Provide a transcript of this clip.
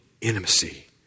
intimacy